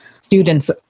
students